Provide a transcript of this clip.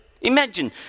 Imagine